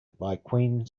queen